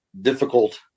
difficult